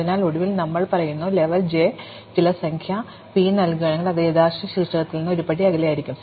അതിനാൽ ഒടുവിൽ നമ്മൾ പറയുന്നു ലെവൽ j ന് ചില സംഖ്യ p നൽകുകയാണെങ്കിൽ അത് യഥാർത്ഥ ശീർഷകത്തിൽ നിന്ന് ഒരുപടി അകലെയായിരിക്കണം